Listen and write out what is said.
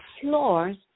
floors